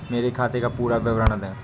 मेरे खाते का पुरा विवरण दे?